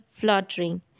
fluttering